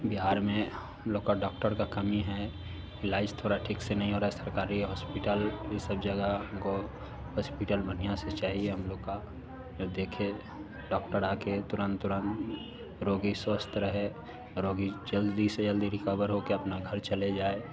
बिहार में हम लोग को डॉक्टर का कमी है इलाज थोड़ा ठीक से नहीं हो रहा सरकारी होस्पिटल इ सब जगह गो होस्पिटल बढ़िया से चाहिए हम लोग को जो देखे डॉक्टर आ कर तुरंत तुरंत रोगी स्वस्थ रहे रोगी जल्दी से जल्दी रिकवर हो कर अपना घर चले जाए